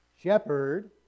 shepherd